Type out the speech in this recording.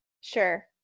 Sure